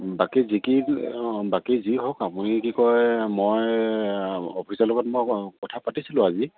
বাকী যি কি অঁ বাকী যি হওক আপুনি কি কয় মই অফিচৰ লগত মই কথা পাতিছিলোঁ আজি